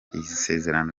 isezerano